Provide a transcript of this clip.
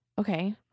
Okay